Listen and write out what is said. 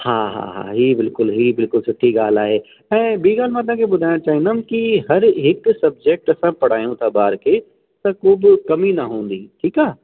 हा हा हा ही बिल्कुलु ई बिल्कुलु सुठी ॻाल्हि आहे ऐं ॿीं ॻाल्हि मां तव्हांखे ॿुधाइणु चाहिंदमि की हर हिकु सब्जेक्ट असां पढ़ायूं था ॿार खे त को बि कमी न हूंदी ठीकु आहे